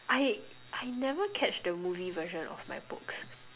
I I never catch the movie version of my books